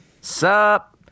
Sup